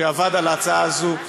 שעבד על ההצעה הזו,